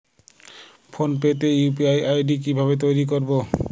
Phone pay তে UPI ID কি ভাবে তৈরি করবো?